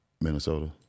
Minnesota